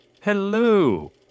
hello